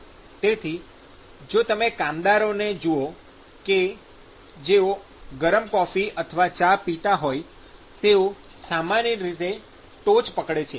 તેથી જો તમે કામદારોને જુઓ કે જેઓ ગરમ કોફી અથવા ચા પીતા હોય તેઓ સામાન્ય રીતે ટોચ પકડે છે